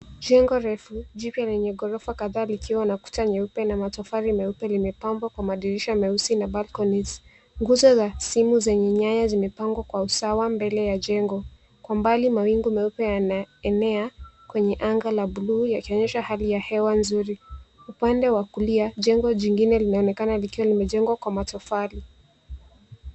Jengo refu jipya lenye ghorofa kadhaa likiwa na kuta nyeupe na matofali meupe, limepambwa kwa madirisha meusi na balconies . Nguzo za simu zenye nyaya zimepangwa kwa usawa mbele ya jengo. Kwa mbali mawingu meupe yanaenea kwenye anga la buluu yakionyesha hali ya hewa zuri. Upande wa kulia jengo jingine linaonekana likiwa limejengwa kwa matofali.